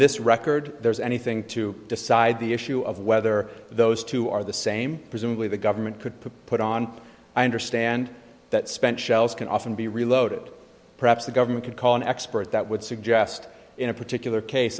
this record there's anything to decide the issue of whether those two are the same presumably the government could put on i understand that spent shells can often be reloaded perhaps the government could call an expert that would suggest in a particular case